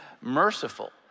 merciful